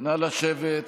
נא לשבת.